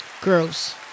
Gross